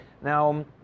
Now